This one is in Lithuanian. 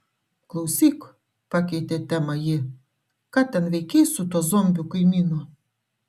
klausyk pakeitė temą ji ką ten veikei su tuo zombiu kaimynu